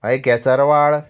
मागीर केसरवाळ